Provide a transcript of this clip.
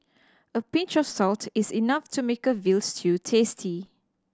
a pinch of salt is enough to make a veal stew tasty